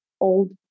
old